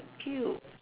cute